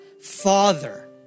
Father